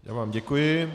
Já vám děkuji.